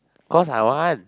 cause I want